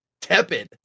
tepid